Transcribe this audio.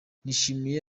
nishimiye